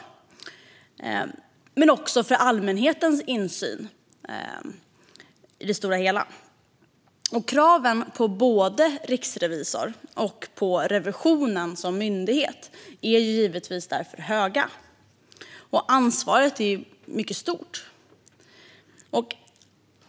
Det handlar också om allmänhetens insyn i det stora hela. Kraven på både riksrevisor och på revisionen som myndighet är givetvis därför höga, och ansvaret är mycket stort.